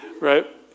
right